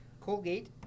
Colgate